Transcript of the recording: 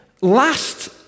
last